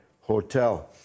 hotel